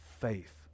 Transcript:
faith